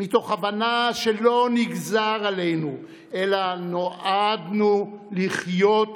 מתוך הבנה שלא נגזר עלינו, אלא נועדנו לחיות יחד.